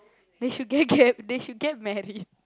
they should get get they should get married